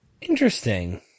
Interesting